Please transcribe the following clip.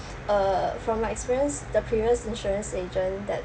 uh from my experience the previous insurance agent that